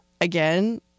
again